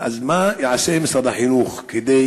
מה יעשה משרד החינוך כדי